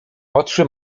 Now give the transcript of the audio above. oczy